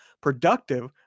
productive